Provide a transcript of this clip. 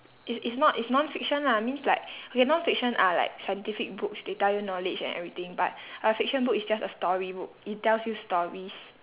is is not is nonfiction lah means like okay nonfiction are like scientific books they tell you knowledge and everything but a fiction book is just a storybook it tells you stories